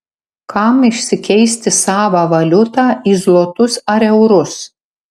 kam išsikeisti savą valiutą į zlotus ar eurus